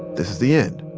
this is the end.